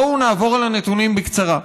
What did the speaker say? בואו נעבור על הנתונים בקצרה.